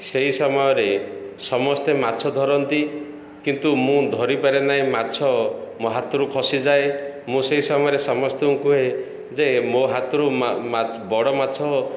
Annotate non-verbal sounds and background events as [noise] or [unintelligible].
ସେହି ସମୟରେ ସମସ୍ତେ ମାଛ ଧରନ୍ତି କିନ୍ତୁ ମୁଁ ଧରିପାରେ ନାହିଁ ମାଛ ମୋ ହାତରୁ ଖସିଯାଏ ମୁଁ ସେହି ସମୟରେ ସମସ୍ତଙ୍କୁ କୁହେ ଯେ ମୋ ହାତରୁ [unintelligible] ବଡ଼ ମାଛ